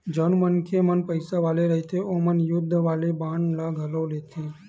जउन मनखे मन पइसा वाले रहिथे ओमन युद्ध वाले बांड ल घलो लेथे